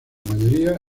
mayoría